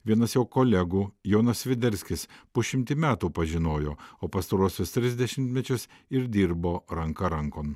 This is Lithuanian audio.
vienas jo kolegų jonas sviderskis pusšimtį metų pažinojo o pastaruosius tris dešimtmečius ir dirbo ranka rankon